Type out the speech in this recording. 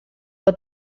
but